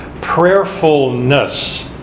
prayerfulness